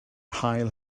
hail